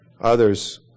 others